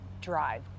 drive